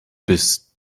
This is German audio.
bist